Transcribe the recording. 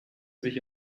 sich